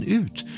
ut